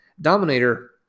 dominator